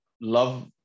love